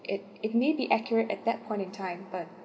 it it may be accurate at that point in time but